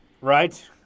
Right